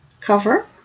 cover